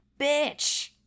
bitch